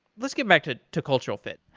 let's get back to to cultural fit.